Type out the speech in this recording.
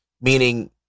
Meaning